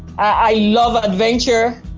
i love adventure,